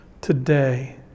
today